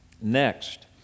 Next